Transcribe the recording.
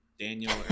Daniel